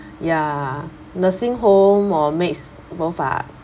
ya nursing home or maids both are